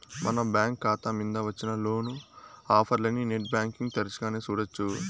మన బ్యాంకు కాతా మింద వచ్చిన లోను ఆఫర్లనీ నెట్ బ్యాంటింగ్ తెరచగానే సూడొచ్చు